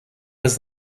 was